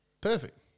perfect